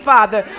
Father